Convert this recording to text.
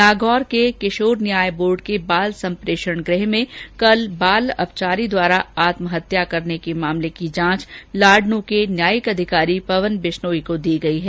नागौर के किशोर न्याय बोर्ड के बाल संप्रेषण गृह में कल एक बाल अपचारी द्वारा आत्महत्या कर लेने के मामले की जांच लाडनू के न्यायिक अधिकारी पवन बिश्नोई को दी गई है